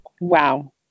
Wow